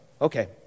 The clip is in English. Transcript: okay